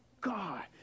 God